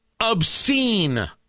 obscene